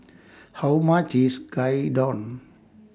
How much IS Gyudon